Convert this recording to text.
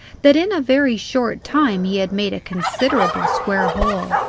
that in a very short time he had made a considerable square hole.